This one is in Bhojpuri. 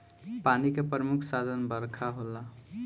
पानी के प्रमुख साधन बरखा होला